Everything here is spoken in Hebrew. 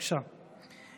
בבקשה.